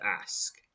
ask